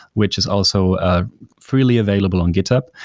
which is also ah freely available on github.